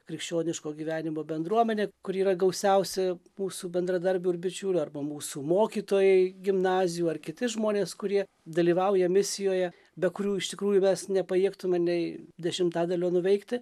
krikščioniško gyvenimo bendruomenė kuri yra gausiausia mūsų bendradarbių ir bičiulių arba mūsų mokytojai gimnazijų ar kiti žmonės kurie dalyvauja misijoje be kurių iš tikrųjų mes nepajėgtume nei dešimtadalio nuveikti